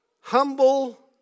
humble